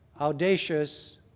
audacious